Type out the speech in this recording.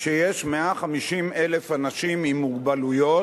שיש 150,000 אנשים עם מוגבלויות,